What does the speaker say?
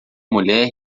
mulher